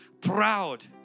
proud